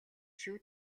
шүү